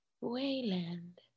Wayland